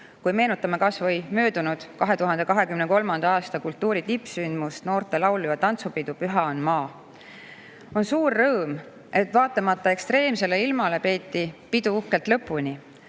kui meenutame kas või möödunud, 2023. aasta kultuuri tippsündmust – noorte laulu‑ ja tantsupidu "Püha on maa". On suur rõõm, et vaatamata ekstreemsele ilmale peeti pidu uhkelt lõpuni.